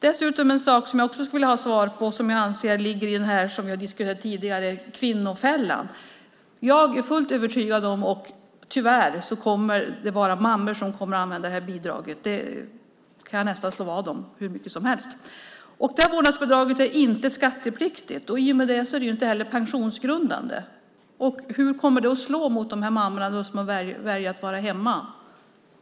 Dessutom skulle jag vilja ha svar på en sak som jag anser ligger i den kvinnofälla som vi diskuterat tidigare. Jag är fullt övertygad om att det kommer att vara mammor som kommer att använda bidraget. Det kan jag nästan slå vad om hur mycket som helst om. Vårdnadsbidraget är inte skattepliktigt, och i och med det är det heller inte pensionsgrundande. Hur kommer det att slå mot de kvinnor som väljer att vara hemma?